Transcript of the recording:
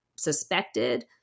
suspected